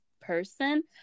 person